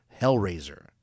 Hellraiser